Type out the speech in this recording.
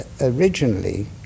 Originally